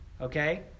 okay